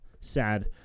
Sad